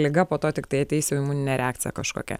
liga po to tiktai ateis jau imuninė reakcija kažkokia